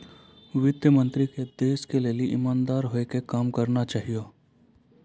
वित्त मन्त्री के देश के लेली इमानदार होइ के काम करना चाहियो